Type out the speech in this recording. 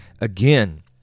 again